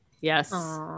Yes